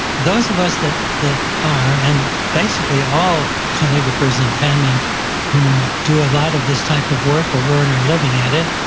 those of us that that are and basically all calligraphers and penmen who do a lot of this type of work or earn our living at it,